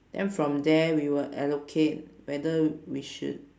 then from there we will allocate whether we should